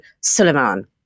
Suleiman